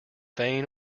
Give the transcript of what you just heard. vain